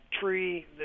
tree